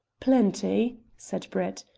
plenty, said brett.